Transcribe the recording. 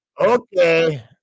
Okay